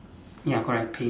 ya correct pink